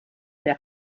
der